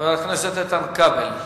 חבר הכנסת איתן כבל.